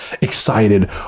excited